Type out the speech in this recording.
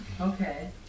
Okay